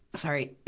sorry.